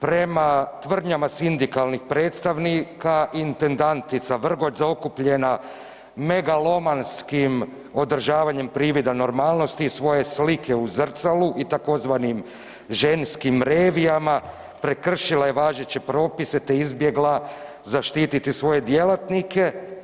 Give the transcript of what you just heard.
Prema tvrdnjama sindikalnih predstavnika intendantica Vrgoč zaokupljena megalomanskim održavanjem privida normalnosti i svoje slike u zrcalu i tzv. ženskim revijama prekršila je važeće propise te izbjegla zaštiti svoje djelatnike.